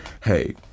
hey